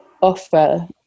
offer